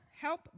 help